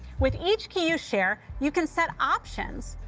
with each key you share, you can set options,